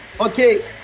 Okay